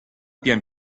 pian